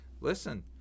listen